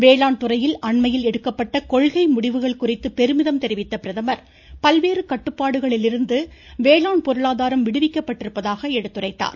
வேளாண் துறையில் அண்மையில் எடுக்கப்பட்ட கொள்கை முடிவுகள் குறித்து பெருமிதம் தெரிவித்த பிரதமர் பல்வேறு கட்டுப்பாடுகளிலிருந்து வேளாண் பொருளாதாரம் விடுவிக்கப்பட்டிருப்பதாக எடுத்துரைத்தார்